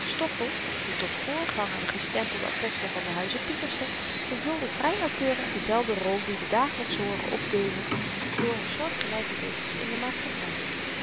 stoffel de tot voorganger gestempelde apostel van den huize pieterse vervulde vry nauwkeurig dezelfde rol die we dagelyks hooren opdeunen door soortgelyke wezens in de maatschappy